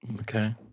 Okay